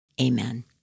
amen